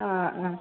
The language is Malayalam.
ആ ആ